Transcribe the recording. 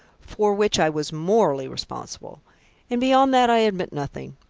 for which i was morally responsible and beyond that i admit nothing.